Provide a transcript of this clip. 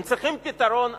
הם צריכים פתרון אחר.